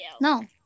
no